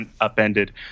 upended